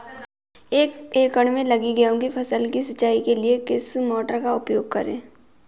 एक एकड़ में लगी गेहूँ की फसल की सिंचाई के लिए किस मोटर का उपयोग करें?